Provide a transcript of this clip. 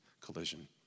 collision